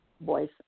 Voice